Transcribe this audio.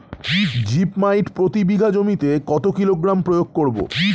Zip মাইট প্রতি বিঘা জমিতে কত কিলোগ্রাম প্রয়োগ করব?